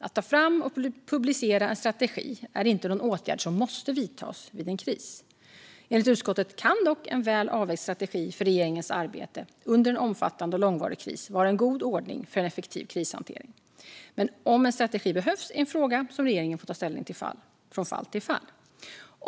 Att ta fram och publicera en strategi är inte någon åtgärd som måste vidtas vid en kris. Enligt utskottet kan dock en väl avvägd strategi för regeringens arbete under en omfattande och långvarig kris vara en god ordning för en effektiv krishantering, men om en strategi behövs är en fråga som regeringen får ta ställning till från fall till fall.